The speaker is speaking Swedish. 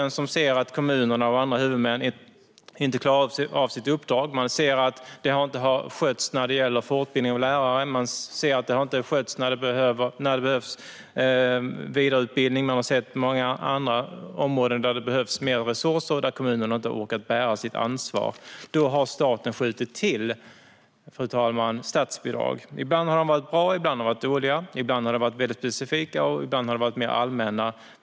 När kommunerna och andra huvudmän inte klarar sitt uppdrag, när fortbildning och vidareutbildning av lärare inte har skötts och det på många andra områden behövts mer resurser men kommunen inte har orkat bära sitt ansvar, då har staten skjutit till statsbidrag. Ibland har de varit bra och ibland dåliga. Ibland har de varit väldigt specifika och ibland mer allmänna.